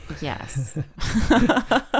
yes